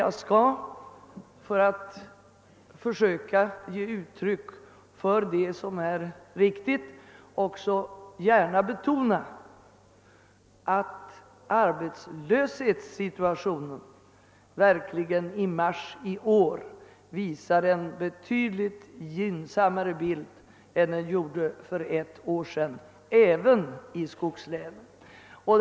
För att ge en riktig beskrivning av situationen vill jag gärna betona att arbetslöshetssiffrorna i mars månad i år dock visar en betydligt gynnsammare bild än för ett år sedan även i skogslänen.